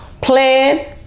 plan